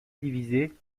divisés